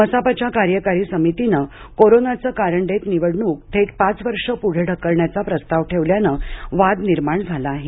मसापच्या कार्यकारी समितीनं कोरोनाचं कारण देत निवडणूक थेट पाच वर्षं प्रढं ढकलण्याचा प्रस्ताव ठेवल्यानं वाद निर्माण झाला आहे